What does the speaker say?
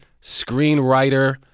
screenwriter